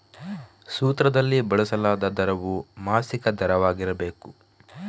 ಸೂತ್ರದಲ್ಲಿ ಬಳಸಲಾದ ದರವು ಮಾಸಿಕ ದರವಾಗಿರಬೇಕು